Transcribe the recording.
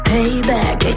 Payback